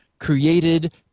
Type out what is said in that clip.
Created